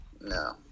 No